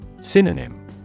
Synonym